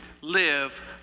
live